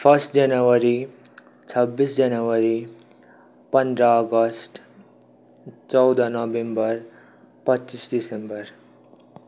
first जनवरी छब्बिस जनवरी पन्ध्र अगस्त चौध नोभेम्बर पच्चिस डिसेम्बर